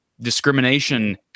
discrimination